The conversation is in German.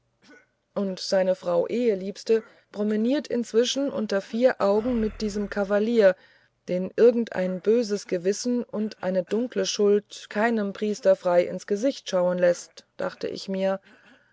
und seine frau eheliebste promeniert inzwischen unter vier augen mit diesem kavalier den irgendein böses gewissen und eine dunkle schuld keinem priester frei ins gesicht schauen läßt dachte ich mir